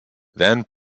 then